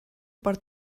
per